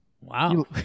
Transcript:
Wow